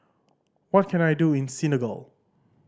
what can I do in Senegal